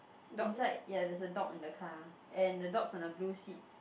inside ya there's a dog in the car and the dog's on a blue seat